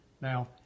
Now